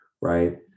right